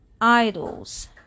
idols